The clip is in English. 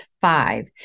five